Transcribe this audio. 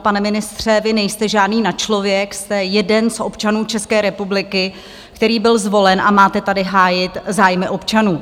Pane ministře, vy nejste žádný nadčlověk, jste jeden z občanů České republiky, který byl zvolen a máte tady hájit zájmy občanů.